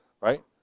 Right